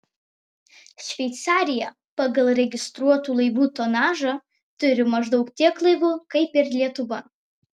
šveicarija pagal registruotų laivų tonažą turi maždaug tiek laivų kaip ir lietuva